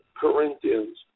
Corinthians